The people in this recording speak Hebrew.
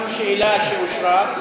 גם שאלה שאושרה,